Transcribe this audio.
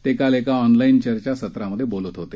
ते काल एका ऑनलाईन चर्चासत्रात बोलत होते